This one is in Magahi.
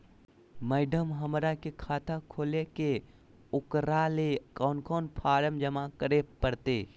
मैडम, हमरा के खाता खोले के है उकरा ले कौन कौन फारम जमा करे परते?